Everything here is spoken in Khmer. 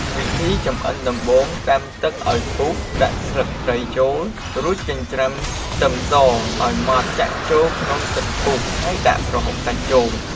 វិធីចម្អិនដំបូងដាំទឹកអោយពុះដាក់ស្លឹកគ្រៃចូល រួចចិញ្ច្រាំខ្ទឹមសឲ្យម៉ដ្ឋចាក់ចូលក្នុងទឹកពុះ ហើយដាក់ប្រហុកសាច់ចូល។